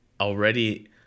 Already